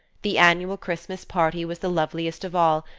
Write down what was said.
the annual christmas party was the loveliest of all,